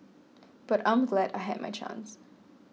but I'm glad I had my chance